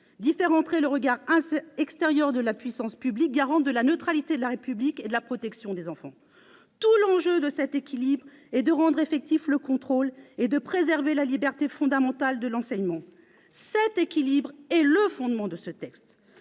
faire entrer le regard extérieur de la puissance publique, garante de la neutralité de la République et de la protection des enfants. Tout l'enjeu de cet équilibre est de rendre effectif le contrôle et de préserver la liberté fondamentale de l'enseignement. Cet équilibre est le fondement du présent texte.